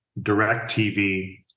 DirecTV